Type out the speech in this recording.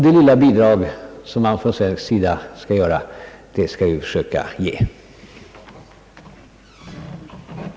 Det lilla bidrag som man från svensk sida skall ge, det skall vi försöka åstadkomma.